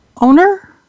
owner